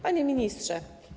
Panie Ministrze!